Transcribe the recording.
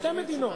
שתי מדינות,